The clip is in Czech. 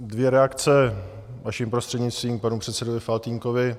Dvě reakce, vaším prostřednictvím, k panu předsedovi Faltýnkovi.